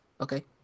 Okay